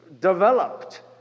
developed